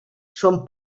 són